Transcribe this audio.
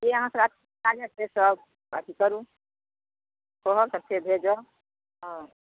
जे अहाँ अथी करू कहब तऽ फेर भेजब हँ